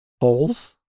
holes